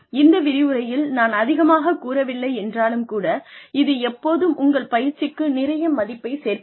இந்த விரிவுரையில் நான் அதிகமாக கூறவில்லை என்றாலும் கூட இது எப்போதும் உங்கள் பயிற்சிக்கு நிறைய மதிப்பைச் சேர்க்கிறது